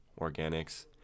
organics